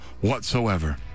whatsoever